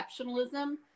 exceptionalism